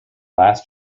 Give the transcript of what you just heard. last